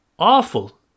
awful